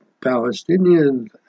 Palestinian